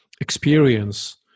experience